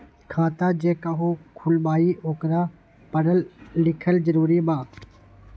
खाता जे केहु खुलवाई ओकरा परल लिखल जरूरी वा?